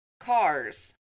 cars